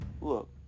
look